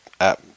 app